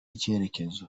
icyerekezo